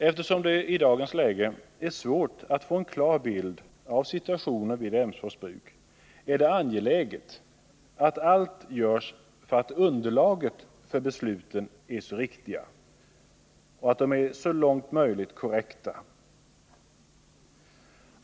Eftersom det i dagens läge är svårt att få en klar bild av situationen vid Emsfors bruk är det angeläget att allt görs för att underlaget för besluten blir så riktigt och korrekt som möjligt.